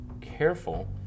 careful